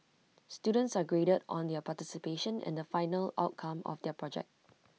students are graded on their participation and the final outcome of their project